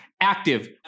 active